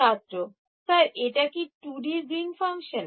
ছাত্র স্যার এটা কি 2D গ্রীন ফাংশন